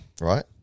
right